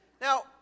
Now